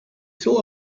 still